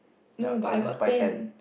ya I'll just buy ten